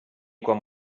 quan